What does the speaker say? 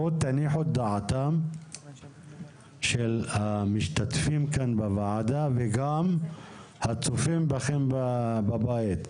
בואו תניחו דעתם של המשתתפים כאן בוועדה וגם הצופים בכם בבית,